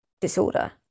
disorder